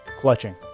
clutching